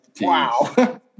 wow